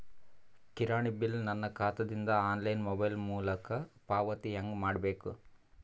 ಕಿರಾಣಿ ಬಿಲ್ ನನ್ನ ಖಾತಾ ದಿಂದ ಆನ್ಲೈನ್ ಮೊಬೈಲ್ ಮೊಲಕ ಪಾವತಿ ಹೆಂಗ್ ಮಾಡಬೇಕು?